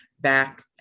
back